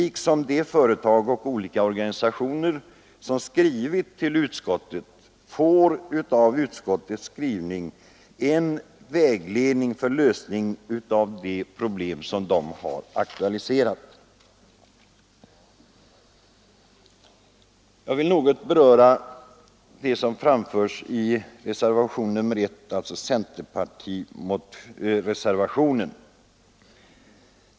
De företag och organisationer som skrivit till utskottet får i utskottets betänkande en vägledning för lösningen av de problem som de har aktualiserat. Jag vill något beröra vad som anförs i reservationen 1, alltså centerpartireservationen.